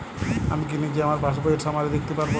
আমি কি নিজেই আমার পাসবইয়ের সামারি দেখতে পারব?